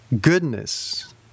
goodness